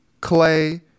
Clay